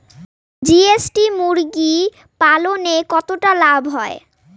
GST মুরগি পালনে কতটা লাভ হয়?